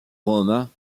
romans